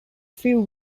few